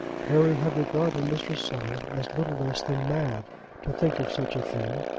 harry had regarded mr. saul as little less than mad to think of such a thing,